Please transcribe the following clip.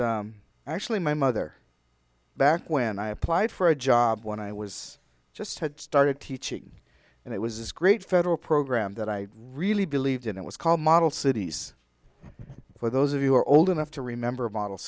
was actually my mother back when i applied for a job when i was just had started teaching and it was this great federal program that i really believed in it was called model cities for those of you who are old enough to remember